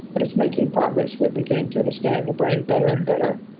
but it's making progress. we're beginning to understand the brain better and better.